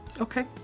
Okay